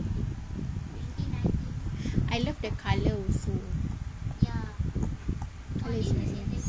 I love the colour also the colour is nice